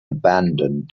abandoned